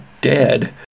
dead